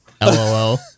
LOL